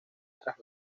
tras